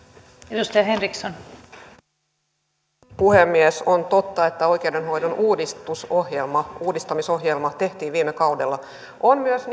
arvoisa puhemies on totta että oikeudenhoidon uudistamisohjelma uudistamisohjelma tehtiin viime kaudella on myös